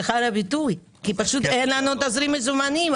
כי אין לנו תזרים מזומנים,